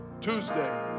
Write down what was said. Tuesday